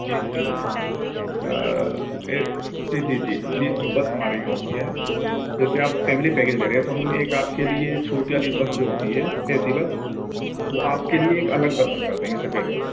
اے جی جی جی جی جو بس ہمارے یہاں ہوتی ہے جیسے آپ فیملی پیکج لے رہے ہیں تو ہم ایک آپ کے لیے چھوٹی والی بس جو ہوتی ہے اے سی بس وہ آپ کے لیے ایک الگ بس ہم کر دیں گے سپریٹ بس